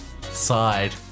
Side